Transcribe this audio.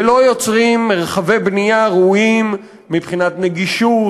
ולא יוצרים מרחבי בנייה ראויים מבחינת נגישות,